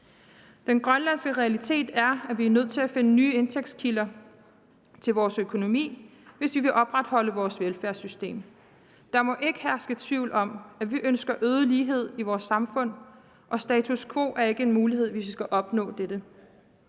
Den grønlandske realitet er, at vi er nødt til at finde nye indtægtskilder til vores økonomi, hvis vi vil opretholde vores velfærdssystem. Der må ikke herske tvivl om, at vi ønsker øget lighed i vores samfund, og status quo er ikke en mulighed, hvis vi skal opnå dette.